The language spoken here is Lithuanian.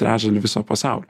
trečdalį viso pasaulio